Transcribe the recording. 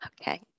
Okay